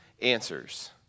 answers